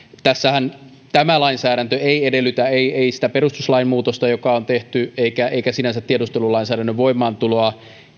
tämä lainsäädäntö ei edellytä sitä perustuslain muutosta joka on tehty eikä sinänsä tiedustelulainsäädännön voimaantuloa